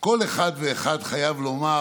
כל אחד ואחד חייב לומר: